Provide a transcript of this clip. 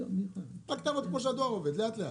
רק תעבוד כפי שהדואר עובד, לאט-לאט.